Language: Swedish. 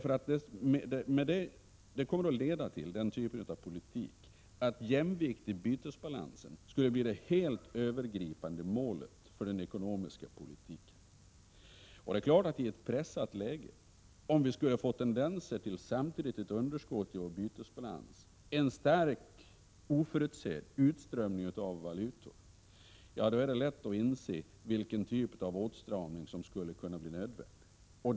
Den politiken skulle nämligen leda till att jämvikten i bytesbalansen skulle bli det helt övergripande målet för den ekonomiska politiken. Om vi i ett pressat läge skulle få tendenser till underskott i vår bytesbalans och samtidigt en stark, oförutsedd utströmning av valutor, är det lätt att inse vilken typ av åtstramning som skulle kunna bli nödvändig.